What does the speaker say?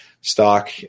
stock